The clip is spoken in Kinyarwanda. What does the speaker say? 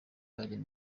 w’umudage